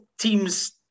teams